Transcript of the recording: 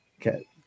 Okay